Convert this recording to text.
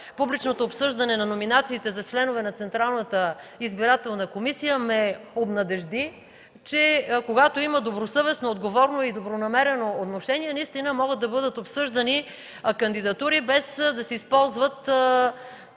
публичното обсъждане на номинациите за членове на Централната избирателна комисия, ме обнадежди, че когато има добросъвестно, отговорно и добронамерено отношение, наистина могат да бъдат обсъждани кандидатури, без да се използват